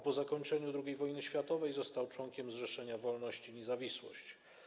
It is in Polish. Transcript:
Po zakończeniu drugiej wojny światowej został członkiem Zrzeszenia Wolność i Niezawisłość.